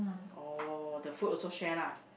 oh the food also share lah